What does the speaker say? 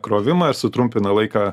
krovimą ir sutrumpina laiką